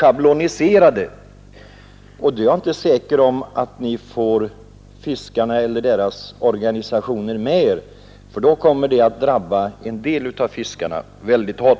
Jag är inte säker på att fiskarna eller deras organisationer går med på detta, för det kommer att drabba en del fiskare mycket hårt.